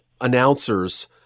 announcers